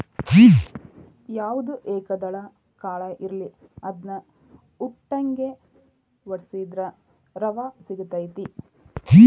ಯಾವ್ದ ಏಕದಳ ಕಾಳ ಇರ್ಲಿ ಅದ್ನಾ ಉಟ್ಟಂಗೆ ವಡ್ಸಿದ್ರ ರವಾ ಸಿಗತೈತಿ